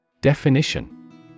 Definition